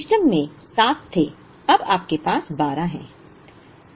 इष्टतम में 7 थे अब आपके पास 12 हैं